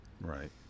Right